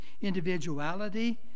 individuality